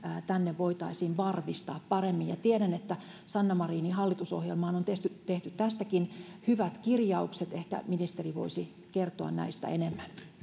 tänne voitaisiin varmistaa paremmin tiedän että sanna marinin hallitusohjelmaan on tehty tehty tästäkin hyvät kirjaukset ehkä ministeri voisi kertoa näistä enemmän